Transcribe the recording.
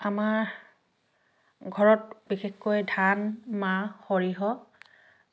আমাৰ ঘৰত বিশেষকৈ ধান মাহ সৰিয়হ